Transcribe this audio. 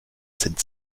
sind